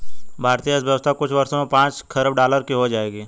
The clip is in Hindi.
भारतीय अर्थव्यवस्था कुछ वर्षों में पांच खरब डॉलर की हो जाएगी